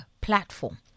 platform